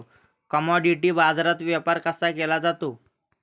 Commodity बाजारात व्यापार कसा केला जातो?